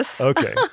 Okay